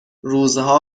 روزها